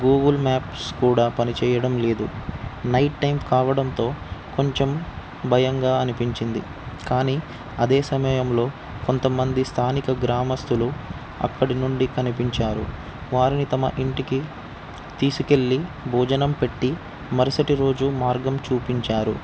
Google Maps కూడా పనిచేయడం లేదు నైట్ టైం కావడంతో కొంచెం భయంగా అనిపించింది కానీ అదే సమయంలో కొంతమంది స్థానిక గ్రామస్తులు అక్కడి నుండి కనిపించారు వారిని తమ ఇంటికి తీసుకు వెళ్ళి భోజనం పెట్టి మరుసటి రోజు మార్గం చూపించారు